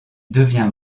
devient